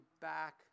back